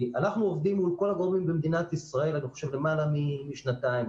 אנחנו עובדים מול כל הגורמים במדינת ישראל למעלה משנתיים.